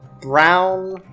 brown